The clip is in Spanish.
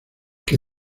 que